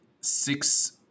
six